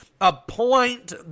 appoint